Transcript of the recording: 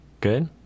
good